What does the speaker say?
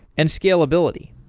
and scalability.